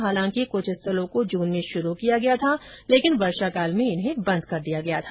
हालांकि कुछ स्थलों को जून में शुरू किया गया था लेकिन वर्षा काल में इन्हें बंद कर दिया गया था